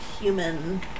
human